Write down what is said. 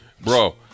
Bro